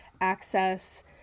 access